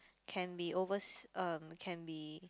can be overs~ um can be